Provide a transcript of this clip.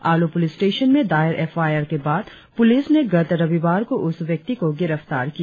आलो police station में दायर F I R के बाद पुलिस ने गत रविवार को उस व्यक्ति को गिरफ्तार किया